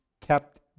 kept